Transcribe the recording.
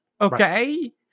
okay